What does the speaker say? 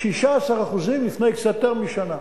16% לפני קצת יותר משנה.